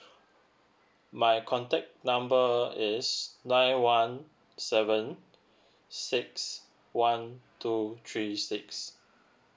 my contact number is nine one seven six one two three six